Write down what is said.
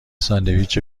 ساندویچ